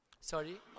Sorry